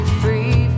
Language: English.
free